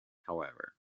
however